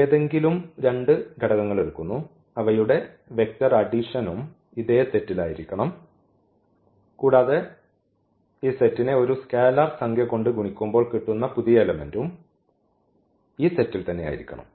ഏതെങ്കിലും രണ്ട് ഘടകങ്ങൾ എടുക്കുന്നു അവയുടെ വെക്റ്റർ അഡിഷനും ഇതേ സെറ്റിലായിരിക്കണം കൂടാതെ ഈ സെറ്റിനെ ഒരു സ്കെയിലർ സംഖ്യ കൊണ്ട് ഗുണിക്കുമ്പോൾ കിട്ടുന്ന പുതിയ എലെമെന്റും ഈ സെറ്റിൽ തന്നെയായിരിക്കണം